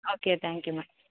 okay thank you ma'am